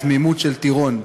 בתמימות של טירון.